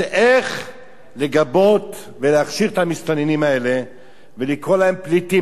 זה איך לגבות ולהכשיר את המסתננים האלה ולקרוא להם פליטים.